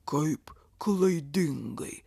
kaip klaidingai